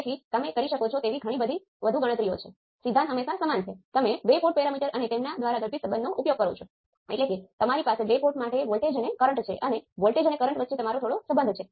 તેથી જો તે બે કંટ્રોલ સોર્સ સમાન ગુણાંક ધરાવતા હોય તો આ ચોક્કસ નેટવર્ક રેસિપ્રોકલ છે અન્યથા તે નથી